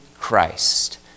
Christ